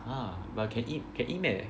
!huh! but can can eat meh